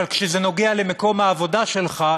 אבל כשזה נוגע למקום העבודה שלך,